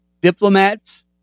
diplomats